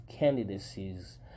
candidacies